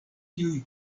tiuj